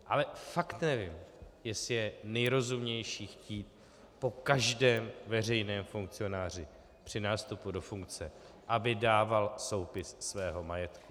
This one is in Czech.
Ale fakt nevím, jestli je nejrozumnější chtít po každém veřejném funkcionářů při nástupu do funkce, aby dával soupis svého majetku.